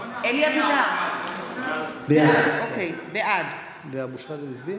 הורוביץ, בעד סעיד אלחרומי, בעד אביגדור ליברמן,